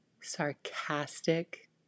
sarcastic